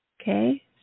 Okay